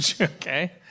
Okay